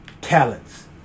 talents